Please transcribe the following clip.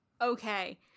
okay